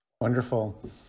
Wonderful